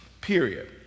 period